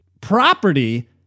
property